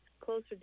closer